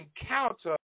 encounter